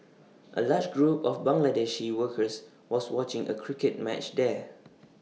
A large group of Bangladeshi workers was watching A cricket match there